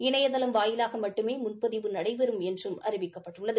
இணையதளம் வாயிலாக மட்டுமே முன்பதிவு நடைபெறும் என்றும் அறிவிக்கப்பட்டுள்ளது